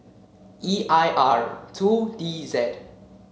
E I R two D Z